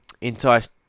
enticed